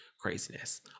craziness